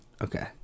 Okay